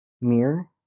Mirror